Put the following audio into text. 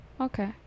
Okay